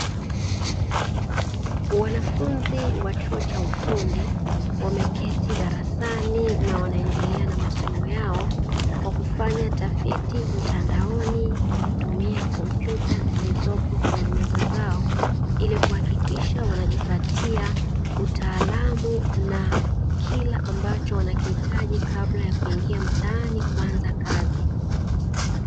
Wanafunzi wa chuo cha ufundi wameketi darasani na wanaendelea na masomo yao kwa kufanya tafiti mtandaoni, kwa kutumia kompyuta zilizopo kwenye meza zao, ili kuhakikisha wanajipatia utaalamu na kila ambacho wanakihitaji kabla ya kuingia mtaani kuanza kazi.